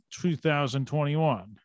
2021